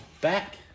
back